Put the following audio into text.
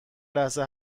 لحظه